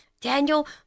Daniel